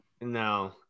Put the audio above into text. No